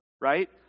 right